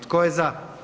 Tko je za?